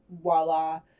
voila